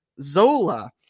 Zola